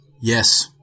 Yes